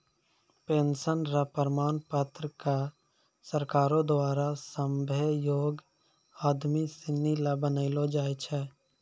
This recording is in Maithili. पेंशन र प्रमाण पत्र क सरकारो द्वारा सभ्भे योग्य आदमी सिनी ल बनैलो जाय छै